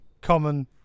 Common